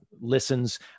listens